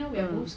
mm